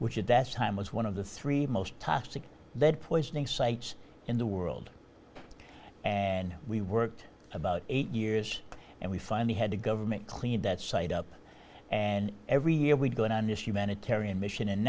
which at that time was one of the three most toxic lead poisoning sites in the world and we worked about eight years and we finally had to government clean that site up and every year we go in on this humanitarian mission and